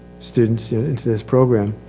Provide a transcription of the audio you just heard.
students in, into this program.